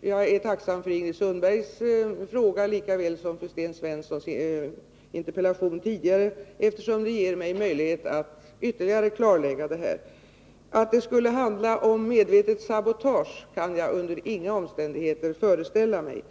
Jag är tacksam för Ingrid Sundbergs fråga lika väl som för Sten Svenssons interpellation tidigare, eftersom de gett mig möjlighet att ytterligare klarlägga förhållandena. Att det skulle handla om medvetet sabotage kan jag under inga förhållanden föreställa mig.